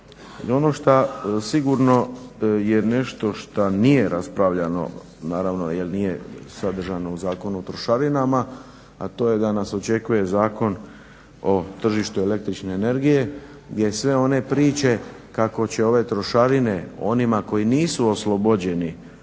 Ono što sigurno je nešto što nije raspravljano naravno jer nije sadržano u Zakonu o trošarinama, a to je da nas očekuje Zakon o tržištu el.energije gdje sve one priče kako će ove trošarine onima koji nisu oslobođeni